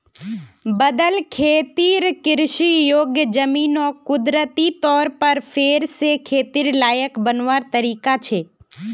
बदल खेतिर कृषि योग्य ज़मीनोक कुदरती तौर पर फेर से खेतिर लायक बनवार तरीका छे